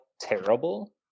terrible